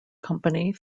company